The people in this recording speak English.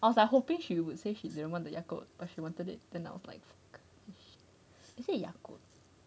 I was hoping she would say she didn't want the yakult but she wanted it then I was like fuck is it yakult